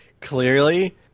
clearly